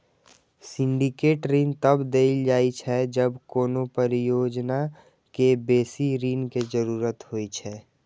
syndicate ऋण तब देल जाइ छै, जब कोनो परियोजना कें बेसी ऋण के जरूरत होइ छै